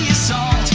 solve